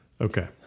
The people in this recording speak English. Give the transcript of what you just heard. Okay